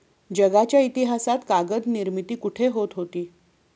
जगाच्या इतिहासात कागद निर्मिती कुठे होत होती?